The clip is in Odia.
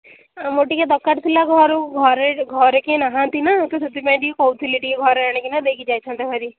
ଆମର ଟିକେ ଦରକାର ଥିଲା ଘରୁ ଘରେ ଘରେ କେହିନାହାଁନ୍ତି ନା ତ ସେଥିପାଇଁ ଟିକେ କହୁଥିଲି ଟିକେ ଘରେ ଆଣିକିନା ଦେଇକି ଯାଇଥାଆନ୍ତେ ଭାରି